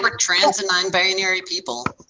um trans and non-binary people?